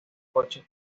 coche